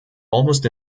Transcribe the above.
almost